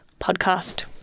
podcast